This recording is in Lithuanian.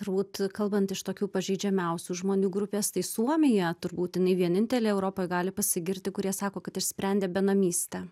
turbūt kalbant iš tokių pažeidžiamiausių žmonių grupės tai suomija turbūt jinai vienintelė europoj gali pasigirti kurie sako kad išsprendė benamystę